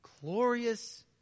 glorious